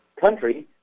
country